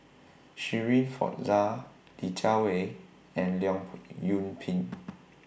Shirin Fozdar Li Jiawei and Leong Yoon Pin